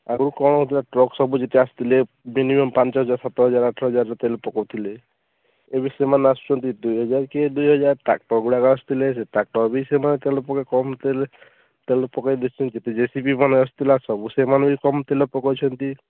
ଆଗରୁ କ'ଣ ହେଇଥିଲା ଟ୍ରକ୍ ସବୁ ଜିନିଷ ଆସୁ ଥିଲେ ମିନିମମ୍ ପାଞ୍ଚ ହଜାର ସାତ ହଜାର ଆଠ ହଜାରର ତେଲ ପକଉ ଥିଲେ ଏବେ ସେମାନେ ଆସୁଛନ୍ତି ଦୁଇ ହଜାର କିଏ ଦୁଇ ହଜାର ଟ୍ରାକ୍ଟର ଗୁଡ଼ା ଆସୁ ଥିଲେ ସେ ଟ୍ରାକ୍ଟର ବି ସେମାନେ ତେଲ ପକା କମ୍ ତେଲ ତେଲ ପକାଇଲେ ଜେସିବି ବାଲା ଆସୁଥିଲା ସବୁ ସେମାନେ କମ୍ ତେଲ ପକଉଛନ୍ତି